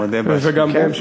מודה באשמה.